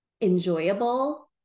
enjoyable